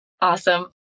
Awesome